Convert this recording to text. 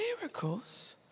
miracles